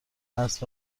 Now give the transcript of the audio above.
است